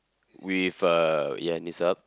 with uh yeah knees up